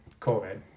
COVID